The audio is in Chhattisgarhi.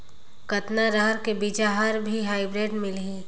कतना रहर के बीजा हर भी हाईब्रिड मिलही?